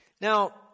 Now